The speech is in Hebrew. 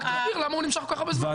רק תסביר למה הוא נמשך כל כך הרבה זמן,